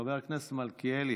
חבר הכנסת מלכיאלי,